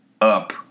up